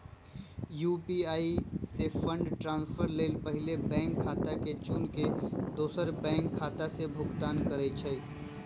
UPI से fund transfer लेल पहिले बैंक खता के चुन के दोसर बैंक खता से भुगतान करइ छइ